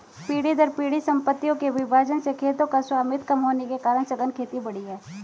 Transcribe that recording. पीढ़ी दर पीढ़ी सम्पत्तियों के विभाजन से खेतों का स्वामित्व कम होने के कारण सघन खेती बढ़ी है